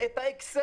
אלא את האקסלים,